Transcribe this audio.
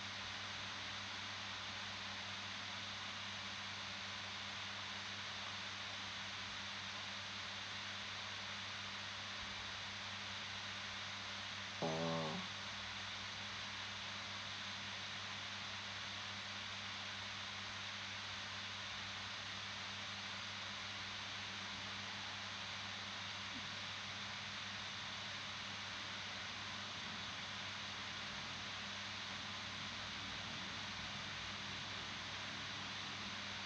oh